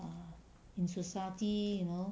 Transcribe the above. err in society you know